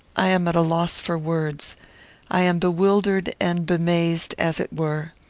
i am at a loss for words i am bewildered and bemazed, as it were.